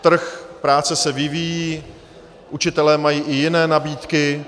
Trh práce se vyvíjí, učitelé mají i jiné nabídky.